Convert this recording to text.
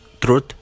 truth